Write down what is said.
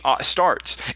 starts